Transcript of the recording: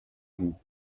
vous